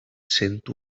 sent